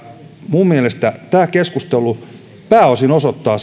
minun mielestäni tämä keskustelu pääosin osoittaa